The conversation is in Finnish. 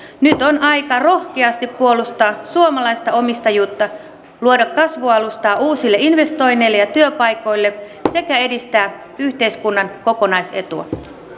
nyt on aika rohkeasti puolustaa suomalaista omistajuutta luoda kasvualustaa uusille investoinneille ja työpaikoille sekä edistää yhteiskunnan kokonaisetua